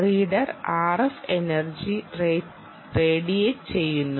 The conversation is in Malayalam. റീഡർ RF എനർജി റേഡിയേറ്റ് ചെയ്യുന്നു